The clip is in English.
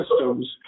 systems